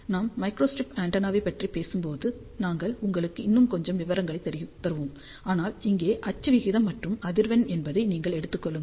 நான் microstrip antenna பற்றி பேசும்போது நாங்கள் உங்களுக்கு இன்னும் கொஞ்சம் விவரங்களைத் தருவோம் ஆனால் இங்கே அச்சு விகிதம் மற்றும் அதிர்வெண் என்பதை நீங்கள் எடுத்துக் கொள்ளுங்கள்